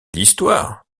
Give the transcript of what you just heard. l’histoire